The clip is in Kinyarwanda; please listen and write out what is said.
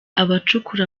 abacukura